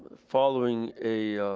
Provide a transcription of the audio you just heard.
following a